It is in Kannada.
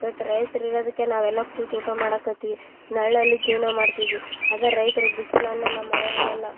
ಇವತ್ತು ರೈತರು ಇರೋದಕ್ಕೆ ನಾವು ಎಲ್ಲ ಕೂತು ಊಟ ಮಾಡಕ್ಕತ್ತೀವಿ ನೆರಳಲ್ಲಿ ಜೀವನ ಮಾಡ್ತಿದ್ವಿ ಅದೇ ರೈತರು ಬಿಸಿಲಲ್ಲೆಲ್ಲ ಮಳೆಯನ್ನೆಲ್ಲ